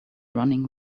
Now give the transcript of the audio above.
running